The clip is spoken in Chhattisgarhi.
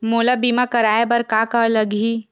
मोला बीमा कराये बर का का लगही?